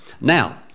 Now